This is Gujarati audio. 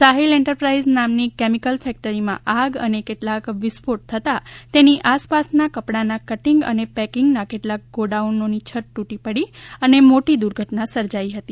સાહિલ એન્ટરપ્રાઈઝ નામની કેમિકલ ફેક્ટરી માં આગ અને કેટલાક વિસ્ફોટ થતાં તેની આસપાસના કપડાના કટિંગ અને પેકિંગના કેટલાક ગોડાઉનોની છત તૂટી પડી અને મોટી દુર્ઘટના સર્જાઇ હતી